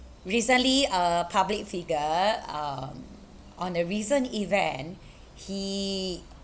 recently a public figure um on a recent event he